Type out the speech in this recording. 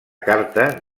carta